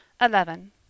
eleven